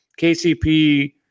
KCP